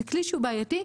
זה כלי שהוא בעייתי.